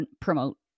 promote